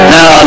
Now